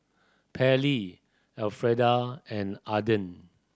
Pairlee Elfreda and Ardeth